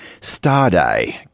Starday